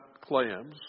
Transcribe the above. clams